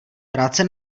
práce